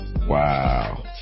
Wow